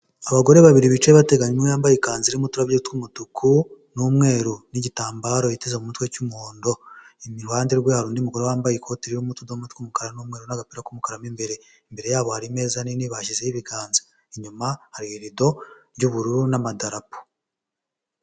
Abagore babiri bicaye bateganye umwe yambaye ikanzu irimo utubabyo tw'umutuku n'umweru n'igitambaro yiteze mu mutwe cy'umuhondo, iruhande rwa hari undi mugore wambaye ikoti ririmo utudo tw'umukara n'umweru n'agapi kumukara mo imbere, imbere yabo hari imeza nini bashyizeho ibiganza, inyuma hari irido ry'ubururu n'amadarapo.